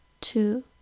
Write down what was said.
two